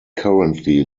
currently